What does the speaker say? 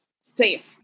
safe